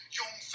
young